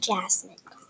Jasmine